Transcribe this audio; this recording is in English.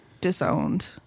disowned